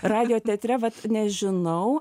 radijo teatre vat nežinau